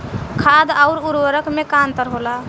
खाद्य आउर उर्वरक में का अंतर होला?